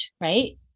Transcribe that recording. Right